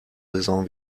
saison